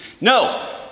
No